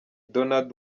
donald